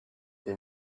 they